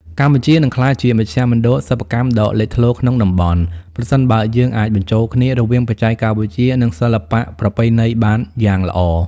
កម្ពុជានឹងក្លាយជាមជ្ឈមណ្ឌលសិប្បកម្មដ៏លេចធ្លោក្នុងតំបន់ ប្រសិនបើយើងអាចបញ្ចូលគ្នារវាងបច្ចេកវិទ្យា និងសិល្បៈប្រពៃណីបានយ៉ាងល្អ។